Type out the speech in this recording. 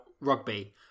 rugby